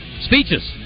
Speeches